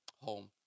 home